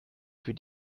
für